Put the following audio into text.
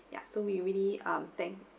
ya so we really um thank